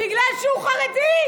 בגלל שהוא חרדי.